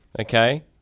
Okay